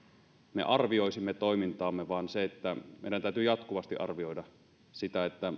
me arvioisimme toimintaamme vaan se että meidän täytyy jatkuvasti arvioida sitä